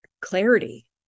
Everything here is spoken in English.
clarity